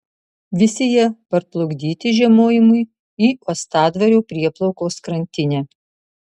visi jie parplukdyti žiemojimui į uostadvario prieplaukos krantinę